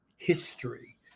history